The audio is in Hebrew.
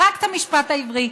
רק את "המשפט העברי".